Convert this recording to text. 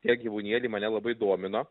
tie gyvūnėliai mane labai domino